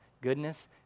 goodness